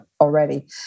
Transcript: already